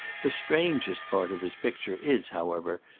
the strangest part of his picture is, however,